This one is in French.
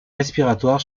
respiratoires